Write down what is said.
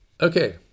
Okay